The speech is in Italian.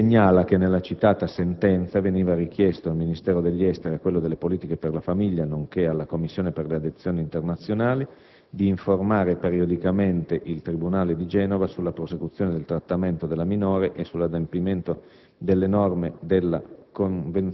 Si segnala che nella citata sentenza veniva richiesto al Ministero degli affari esteri e a quello delle politiche per la famiglia, nonché alla Commissione per le adozioni internazionali, di informare periodicamente il tribunale di Genova sulla prosecuzione del trattamento della minore e sull'adempimento delle norme della Convenzione